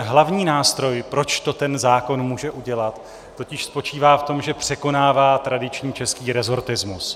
Hlavní nástroj, proč to ten zákon může udělat, totiž spočívá v tom, že překonává tradiční český resortismus.